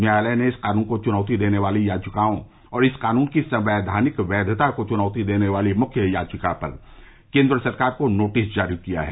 न्यायालय ने इस कानून को चुनौती देने वाली याचिकाओं और इस कानून की संवैधानिक वैदता को चुनौती देने वाली मुख्य याचिका पर केन्द्र सरकार को नोटिस जारी किया है